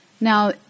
Now